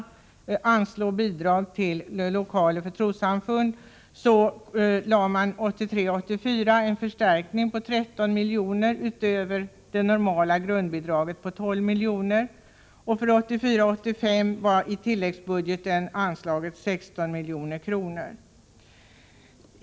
Till anslaget för bidrag till lokaler för trossamfund lade man 1983 85 var anslaget i tilläggsbudget 16 milj.kr.